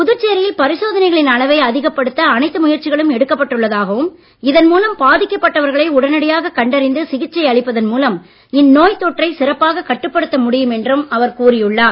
புதுச்சேரியில் பரிசோதனைகளின் அளவை அதிகப்படுத்த அனைத்து முயற்சிகளும் எடுக்கப்பட்டுள்ளதாகவும் மூலம் பாதிக்கப்பட்டவர்களை இதன் உடனடியாக கண்டறிந்து சிகிச்சை அளிப்பதன் மூலம் இந்நோய் தொற்றை சிறப்பாக கட்டுப்படுத்த முடியும் என்றும் கூறியுள்ளார்